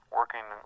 working